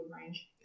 range